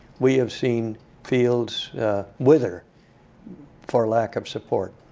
we have seen fields wither for lack of support.